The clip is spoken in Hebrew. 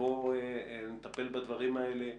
ובוא נטפל בדברים האלה באמת,